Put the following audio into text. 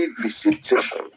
visitation